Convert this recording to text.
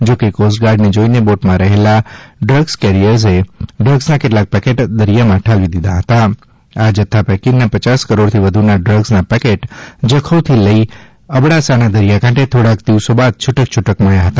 જો કે કોસ્ટગાર્ઠને જોઈને બોટમાં રહેલાં ડ્રગ્સ કેરીયર્સએ ડ્રગ્સન કેટલાંક પેકેટ દરિયામાં ઠાલવી દીધ હત આ જથ્થ પૈકીન પયાસ કરોડથી વધુન ડ્રગ્સન પેકેટ જખૌથી લઈ અબડાસાન દરિયાલાંઠે થોડાંક દિવસો બાદ છૂટક છૂટક મબ્યા હતા